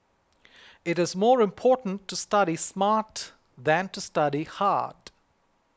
it is more important to study smart than to study hard